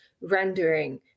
rendering